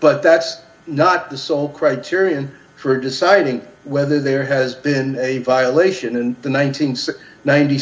but that's not the sole criterion for deciding whether there has been a violation and the